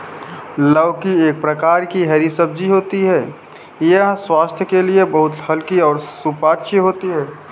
लौकी एक प्रकार की हरी सब्जी होती है यह स्वास्थ्य के लिए बहुत हल्की और सुपाच्य होती है